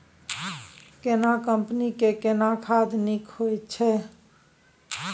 केना कंपनी के केना खाद नीक होय छै?